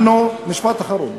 משפט אחרון.